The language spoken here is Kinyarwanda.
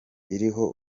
iriho